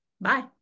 bye